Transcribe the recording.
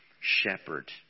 shepherd